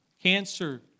cancer